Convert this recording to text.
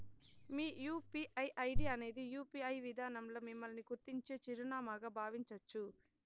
మీ UPI ID అనేది UPI విదానంల మిమ్మల్ని గుర్తించే చిరునామాగా బావించచ్చు